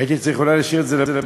הייתי צריך אולי להשאיר את זה לסוף.